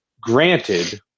Granted